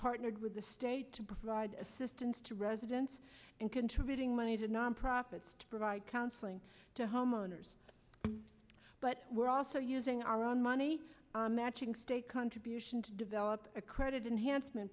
partnered with the state to provide assistance to residents and contributing money to non profits to provide counseling to homeowners but we're also using our own money matching state contribution to develop a credit enhanced m